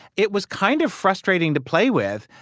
it was kind of frustrating to play with,